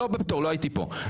לא הייתי פה.